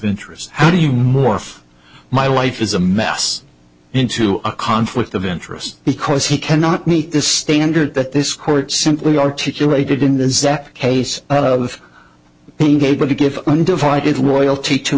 interest how do you morph my life is a mess into a conflict of interest because he cannot meet the standard that this court simply articulated in the zech case of being able to give undivided loyalty to